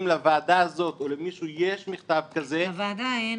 אם לוועדה הזאת או למישהו יש מכתב כזה --- לוועדה אין,